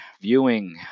viewing